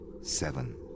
Seven